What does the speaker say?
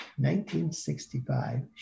1965